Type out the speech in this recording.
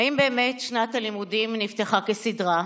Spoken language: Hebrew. האם באמת שנת הלימודים נפתחה כסדרה?